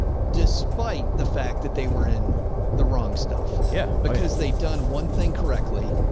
despite the fact that they were in the wrong stuff, yeah because they'd done one thing correctly.